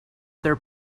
their